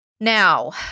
Now